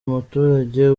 muturage